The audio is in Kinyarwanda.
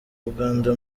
uganda